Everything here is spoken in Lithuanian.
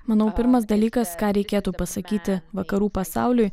manau pirmas dalykas ką reikėtų pasakyti vakarų pasauliui